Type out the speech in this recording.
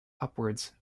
upwards